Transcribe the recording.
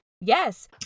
Yes